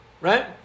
right